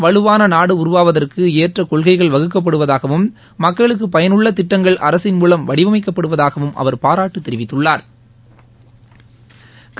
வலுவான நாடு உருவாவதற்கு ஏற்ற கொள்கைகள் வகுக்கப்படுவதாகவும் மக்களுக்கு பயனுள்ள திட்டங்கள் அரசின் மூலம் வடிவமைக்கப்படுவதாகவும் அவா் பாராட்டு தெரிவித்துள்ளாா்